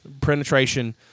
penetration